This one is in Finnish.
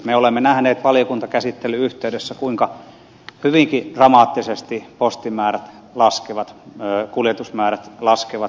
me olemme nähneet valiokuntakäsittelyn yhteydessä kuinka hyvinkin dramaattisesti postimäärät laskevat kuljetusmäärät laskevat